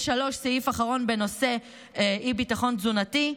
3. סעיף אחרון בנושא אי-ביטחון תזונתי,